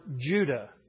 Judah